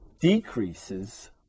decreases